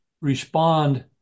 respond